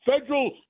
Federal